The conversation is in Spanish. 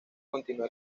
continua